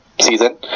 season